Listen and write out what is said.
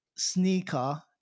sneaker